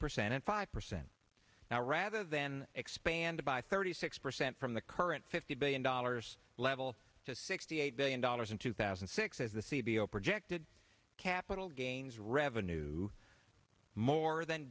percent and five percent now rather than expanded by thirty six percent from the current fifty billion dollars level to sixty eight billion dollars in two thousand and six as the c b o projected capital gains revenue more than